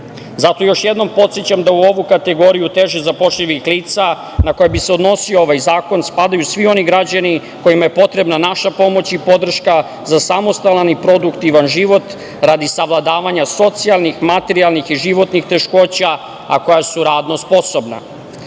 još jednom podsećam da u ovu kategoriju teže zapošljivih lica na koja bi se odnosio ovaj zakon spadaju svi oni građani kojima je potrebna naša pomoć i podrška za samostalan i produktivan život radi savladavanje socijalnih, materijalnih i životnih teškoća, a koja su radno sposobna.